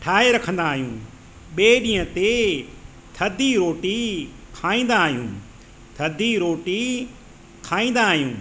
ठाहे रखंदा आहियूं ॿिए ॾींहं ते थधी रोटी खाईंदा आहियूं थधी रोटी खाईंदा आहियूं